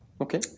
okay